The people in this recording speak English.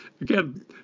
again